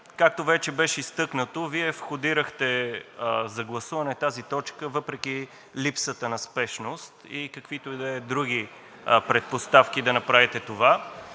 Както вече беше изтъкнато, Вие входирахте за гласуване тази точка въпреки липсата на спешност и каквито и да са други предпоставки да направите това.